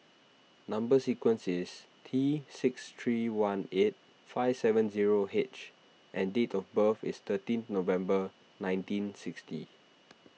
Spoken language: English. Number Sequence is T six three one eight five seven zero H and date of birth is thirteen November nineteen sixty